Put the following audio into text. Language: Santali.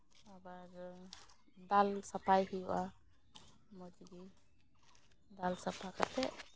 ᱟᱵᱟᱨ ᱫᱟᱞ ᱥᱟᱯᱷᱟᱭ ᱦᱩᱭᱩᱜᱼᱟ ᱢᱚᱡᱽ ᱜᱮ ᱫᱟᱞ ᱥᱟᱯᱷᱟ ᱠᱟᱛᱮ